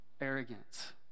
arrogance